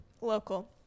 local